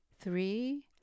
three